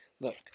look